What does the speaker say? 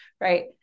Right